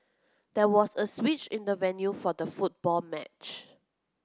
there was a switch in the venue for the football match